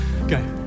Okay